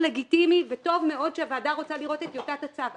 סופר-לגיטימי וטוב מאוד שהוועדה רוצה לראות את טיוטת הצו.